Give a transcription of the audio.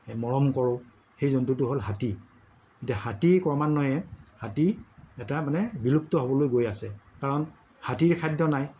মৰম কৰোঁ সেই জন্তুটো হ'ল হাতী এতিয়া হাতী ক্ৰমান্বয়ে হাতী এটা মানে বিলুপ্ত হ'বলৈ গৈ আছে কাৰণ হাতীৰ খাদ্য নাই